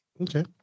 Okay